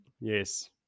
Yes